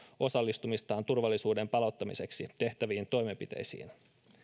osallistumistaan turvallisuuden palauttamiseksi tehtäviin toimenpiteisiin